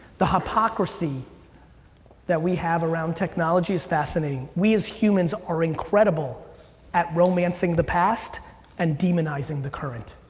the hypocrisy that we have around technology is fascinating. we, as humans, are incredible at romancing the past and demonizing the current.